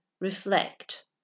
reflect